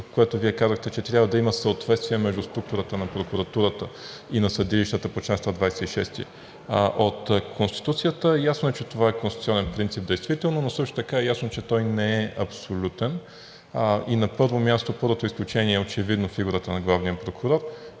което Вие казахте, че трябва да има съответствие между структурата на прокуратурата и на съдилищата по чл. 126 от Конституцията – ясно е, че това е конституционен принцип, действително, но също така е ясно, че той не е абсолютен. На първо място, първото изключение е очевидно фигурата на главния прокурор,